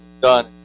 done